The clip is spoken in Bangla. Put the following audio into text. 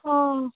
ও